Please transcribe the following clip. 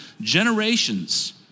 generations